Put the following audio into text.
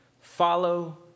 Follow